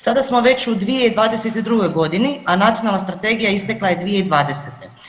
Sada smo već u 2022. godini a Nacionalna strategija istekla je 2020.